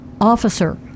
officer